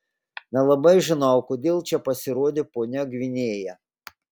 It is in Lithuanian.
nelabai žinau kodėl čia pasirodė ponia gvinėja